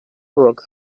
rock